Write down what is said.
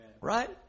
Right